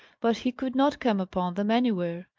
but he could not come upon them anywhere.